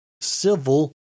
civil